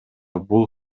бул